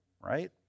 right